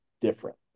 different